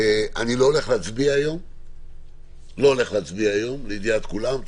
אני לא הולך להצביע היום, לידיעת כולם.